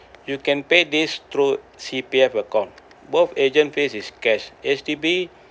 you can pay this through C_P_F account both agent fee is cash H_D_B